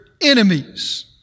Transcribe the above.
enemies